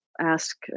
ask